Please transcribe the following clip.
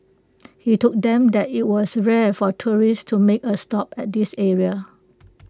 he told them that IT was rare for tourists to make A stop at this area